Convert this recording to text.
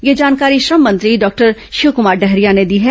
यह जानकारी श्रम मंत्री डॉक्टर शिवकुमार डहरिया ने दी है